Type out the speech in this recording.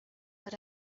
but